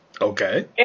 Okay